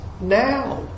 now